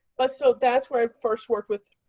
but, so that's where i first worked with,